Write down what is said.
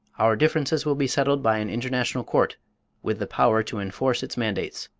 our differences will be settled by an international court with the power to enforce its mandates.